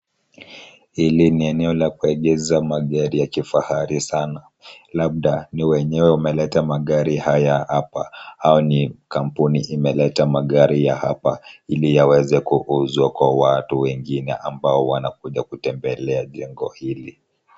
Hili ni eneo la kuegeza magari ya kifahari sana labda ni wenyewe wameleta magari haya hapa au ni kampuni imeleta magari ya hapa ili yaweze kuuzwa kwa watu wengine ambao wanakuja kutembelea jengo hili.